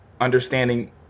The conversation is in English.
understanding